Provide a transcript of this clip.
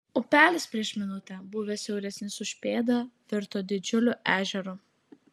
upelis prieš minutę buvęs siauresnis už pėdą virto didžiuliu ežeru